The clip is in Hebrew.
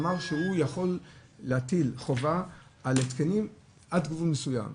אמר שהוא יכול להטיל חובה על התקנים עד גבול מסוים.